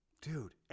Dude